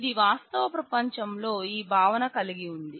ఇది వాస్తవ ప్రపంచంలో ఈ భావన కలిగి ఉంది